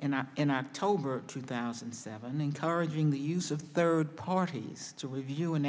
and in october two thousand and seven encouraging the use of third parties to review an